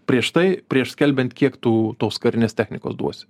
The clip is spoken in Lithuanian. prieš tai prieš skelbiant kiek tų tos karinės technikos duosi